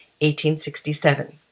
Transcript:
1867